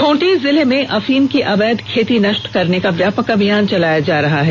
खूंटी जिले में अफीम की अवैध खेती नष्ट करने का व्यापक अभियान चलाया जा रहा है